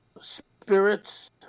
Spirits